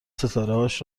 ستارههاش